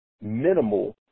minimal